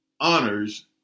honors